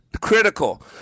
critical